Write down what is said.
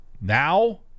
Now